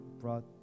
brought